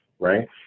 Right